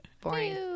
boring